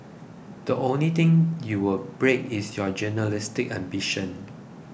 the only thing you will break is your journalistic ambition